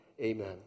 Amen